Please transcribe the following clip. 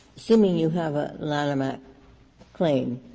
assuming you have a lanham act claim,